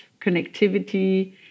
connectivity